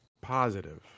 positive